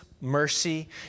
mercy